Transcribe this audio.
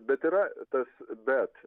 bet yra tas bet